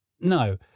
No